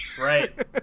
right